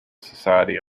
society